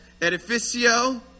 Edificio